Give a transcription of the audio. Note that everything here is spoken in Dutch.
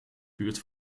buurt